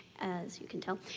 as you can tell,